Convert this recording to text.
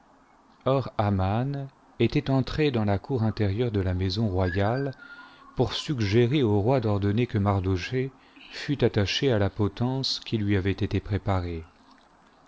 était entré dans la cour intérieure de la maison royale pour suggérer au roi d'ordonner que mardochée fût attaché à la potence qui lui avait été préparée